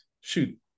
shoot